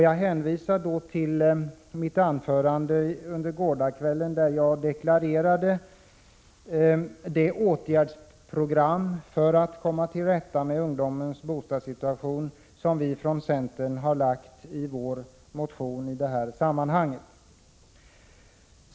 Jag hänvisar till mitt anförande under gårdagskvällen, där jag deklarerade det åtgärdsprogram för att komma till rätta med ungdomens bostadssituation som vi från centern har lagt fram i vår motion i det här sammanhanget.